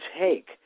take